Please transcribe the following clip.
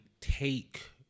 take